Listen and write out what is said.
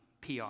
PR